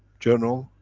journal,